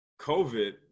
COVID